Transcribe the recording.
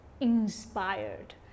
inspired